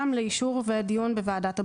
גם לאישור ולדיון בוועדת הבריאות.